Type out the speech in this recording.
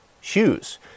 shoes